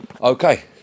okay